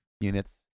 units